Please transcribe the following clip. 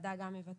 הוועדה גם מבקשת